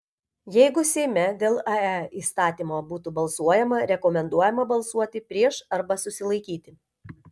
jeigu seime dėl ae įstatymo būtų balsuojama rekomenduojama balsuoti prieš arba susilaikyti